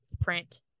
print